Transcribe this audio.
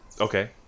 Okay